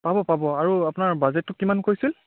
পাব পাব আৰু আপোনাৰ বাজেটটো কিমান কৈছিল